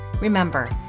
Remember